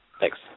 Thanks